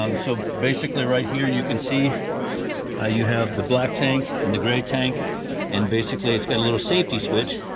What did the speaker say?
um so basically right here you can see ah you have the black tank and the grey tank and basically it's got a little safety switch.